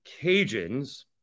Cajuns